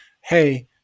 hey